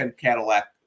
Cadillac